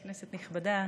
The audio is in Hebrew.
נכבדה,